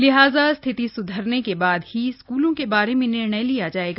लिहाजा स्थिति सुधरने के बाद ही स्कूलों के बारे में निर्णय लिया जाएगा